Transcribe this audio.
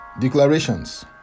declarations